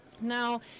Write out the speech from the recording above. Now